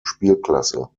spielklasse